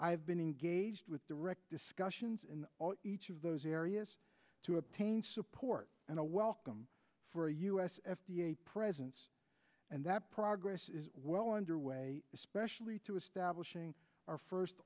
have been engaged with direct discussions in each of those areas to obtain support and a welcome for a u s f d a presence and that progress is well underway especially through establishing our first